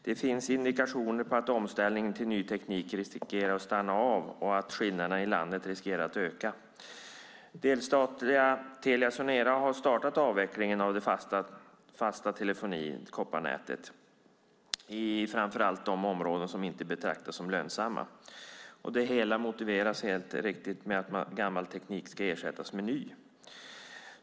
Det finns indikationer på att omställningen till ny teknik riskerar att stanna av och att skillnaderna i landet riskerar att öka. Det statliga Telia Sonera har startat avvecklingen av det fasta kopparnätet för telefoni i framför allt de områden som inte betraktas som lönsamma. Det hela motiveras helt riktigt med att gammal teknik ska ersättas med ny.